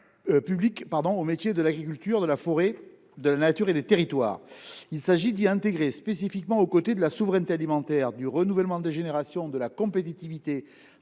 de l’agriculture, de l’agroalimentaire, de la forêt, de la nature et des territoires. Il s’agit d’y intégrer spécifiquement, aux côtés de la souveraineté alimentaire, du renouvellement des générations, de la compétitivité